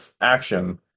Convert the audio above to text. action